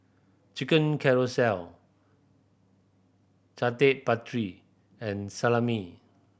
Chicken Casserole Chaat Papri and Salami